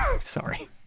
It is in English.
sorry